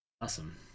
Awesome